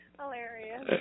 Hilarious